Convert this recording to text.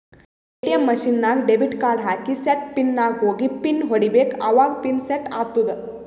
ATM machine ನಾಗ್ debit card ಹಾಕಿ set pin ನಾಗ್ ಹೋಗಿ ಪಿನ್ ಹೊಡಿಬೇಕ ಅವಾಗ ಪಿನ್ ಸೆಟ್ ಆತ್ತುದ